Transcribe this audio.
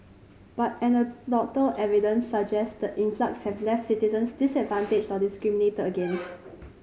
but anecdotal evidence suggests the influx have left citizens disadvantaged or discriminated against